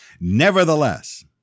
Nevertheless